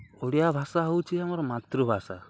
ଓଡ଼ିଆ ଭାଷା ହେଉଛି ଆମର ମାତୃଭାଷା